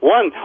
One